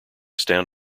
stan